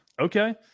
Okay